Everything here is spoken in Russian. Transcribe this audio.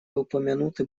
упомянуты